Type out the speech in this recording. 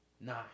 nah